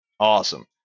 Awesome